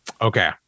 Okay